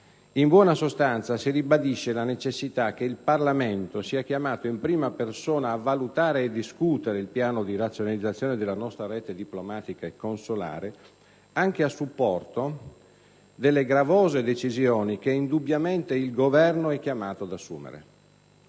In buona sostanza, si ribadisce la necessità che il Parlamento sia chiamato in prima persona a valutare e discutere il piano di razionalizzazione della nostra rete diplomatica e consolare anche a supporto delle gravose decisioni che, indubbiamente, il Governo è chiamato ad assumere.